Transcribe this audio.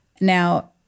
Now